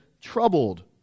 troubled